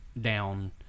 down